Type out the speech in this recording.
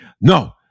no